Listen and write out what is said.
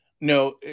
No